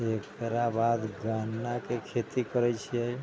तेकरा बाद गन्नाके खेती करै छियै